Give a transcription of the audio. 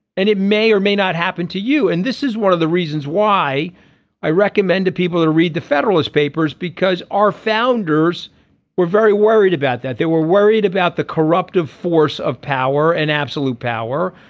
and it may or may not happen to you and this is one of the reasons why i recommend to people that read the federalist papers because our founders were very worried about that they were worried about the corruptive force of power and absolute power.